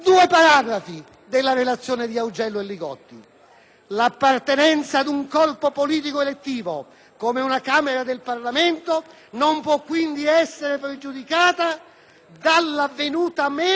«L'appartenenza ad un corpo politico elettivo come una Camera del Parlamento non può quindi essere pregiudicata dalla venuta meno del requisito della residenza